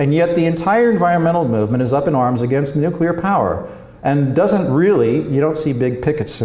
and yet the entire environmental movement is up in arms against nuclear power and doesn't really you don't see big pickets